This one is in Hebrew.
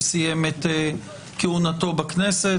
שסיים את כהונתו בכנסת,